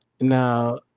Now